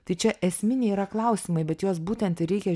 tai čia esminiai yra klausimai bet juos būtent ir reikia